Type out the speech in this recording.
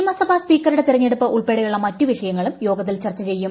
നിയമസഭാ സ്പീക്കറുടെ തിരഞ്ഞെടുപ്പ് ഉൾപ്പെടെയുള്ള മറ്റ് വിഷയങ്ങളും യോഗത്തിൽ ചർച്ച ചെയ്യും